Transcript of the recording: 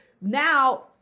now